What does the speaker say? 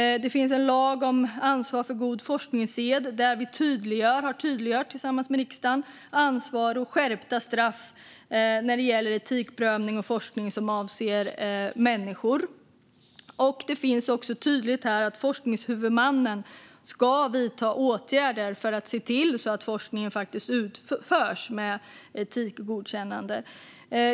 Det finns också en lag om ansvar för god forskningssed där vi tillsammans med riksdagen har tydliggjort ansvar och skärpta straff när det gäller etikprövning och forskning som avser människor. Det är här tydligt att forskningshuvudmannen ska vidta åtgärder för att se till att forskningen utförs med etikgodkännande.